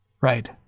Right